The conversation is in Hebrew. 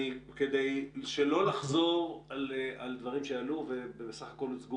כדי שלא לחזור על דברים שעלו ובסך הכול הוצגו